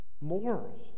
moral